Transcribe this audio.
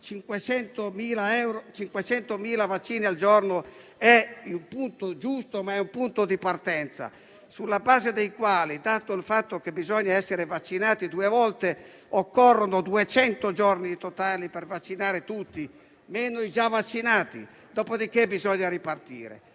500.000 vaccini al giorno è un traguardo giusto, ma è un punto di partenza. Sulla base dei dati, stante il fatto che bisogna essere vaccinati due volte, occorrono 200 giorni totali per vaccinare tutti, meno i già vaccinati. Dopodiché, bisogna ripartire.